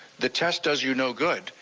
the test does you no good.